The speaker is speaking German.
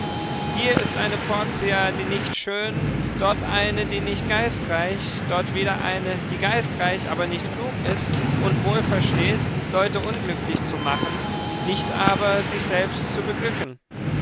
hier ist eine porzia die nicht schön dort eine die nicht geistreich dort wieder eine die geistreich aber nicht klug ist und wohl versteht leute unglücklich zu machen nicht aber sich selbst zu beglücken